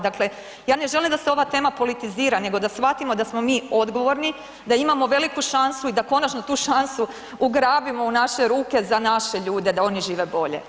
Dakle, ja ne želim da se ova tema politizira nego da shvatimo da smo mi odgovorni, da imamo veliku šansu i da konačno tu šansu ugrabimo u naše ruke za naše ljude da oni žive bolje.